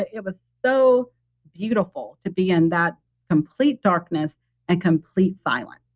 it was so beautiful to be in that complete darkness and complete silence.